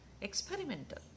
experimental